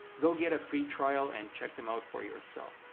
go get a free trial and check them out for yourself.